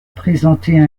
présenter